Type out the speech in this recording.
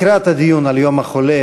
לקראת הדיון על יום החולה,